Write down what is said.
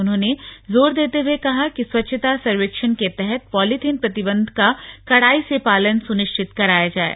उन्होंने जोर देते हुए कहा कि स्वच्छता सर्वेक्षण के तहत पॉलिथीन प्रतिबंध का कड़ाई से पालन सुनिश्चित कराया जाये